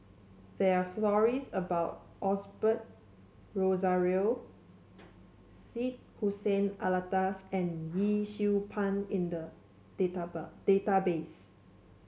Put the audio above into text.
there are stories about Osbert Rozario Syed Hussein Alatas and Yee Siew Pun in the database